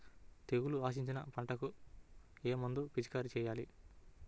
తెగుళ్లు ఆశించిన పంటలకు ఏ మందు పిచికారీ చేయాలి?